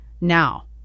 Now